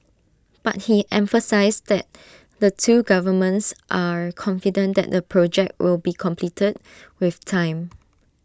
but he emphasised that the two governments are confident that the project will be completed with time